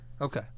Okay